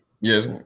yes